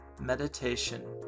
Meditation